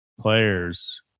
players